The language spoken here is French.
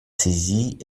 saisie